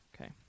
Okay